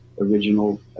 original